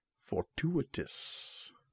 Fortuitous